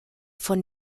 von